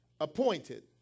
appointed